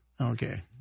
Okay